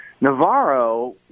Navarro